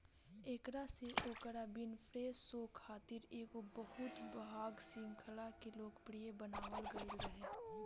एकरा से Oprah Winfrey show खातिर एगो बहु भाग श्रृंखला के लोकप्रिय बनावल गईल रहे